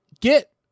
Get